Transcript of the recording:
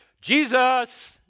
Jesus